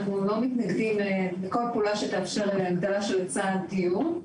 אנחנו לא מתנגדים לכל פעולה שתאפשר לעמדה שהוצעה בדיון.